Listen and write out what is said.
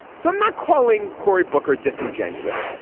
so i'm not calling cory booker disingenuous.